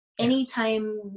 Anytime